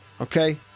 Okay